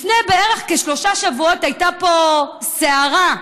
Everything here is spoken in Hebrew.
לפני כשלושה שבועות הייתה פה סערה,